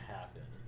happen